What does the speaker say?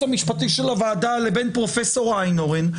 המשפטי של הוועדה לבין פרופ' איינהורן,